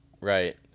Right